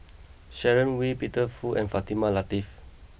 Sharon Wee Peter Fu and Fatimah Lateef